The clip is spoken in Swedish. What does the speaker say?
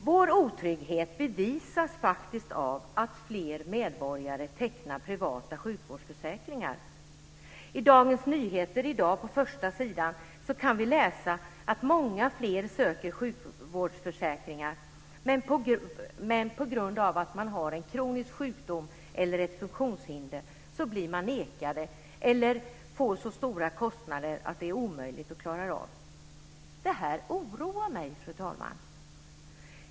Vår otrygghet bevisas av att fler medborgare tecknar privata sjukvårdsförsäkringar. På Dagens Nyheters förstasida kan vi i dag läsa att många fler köper sjukvårdsförsäkringar. Men på grund av att man har en kronisk sjukdom eller ett funktionshinder blir man nekad det. Eller också får man så stora kostnader att det blir omöjligt att klara av dem. Det här oroar mig, fru talman.